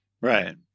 Right